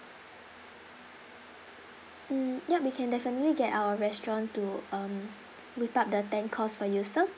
mm ya we can definitely get our restaurant to um whip up the ten course for you sir